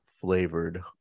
flavored